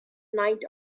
night